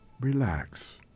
Relax